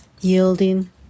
yielding